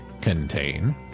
contain